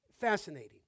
fascinating